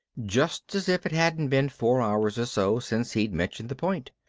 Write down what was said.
just as if it hadn't been four hours so since he'd mentioned the point.